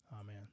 Amen